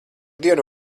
dienu